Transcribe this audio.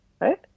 Right